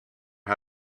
how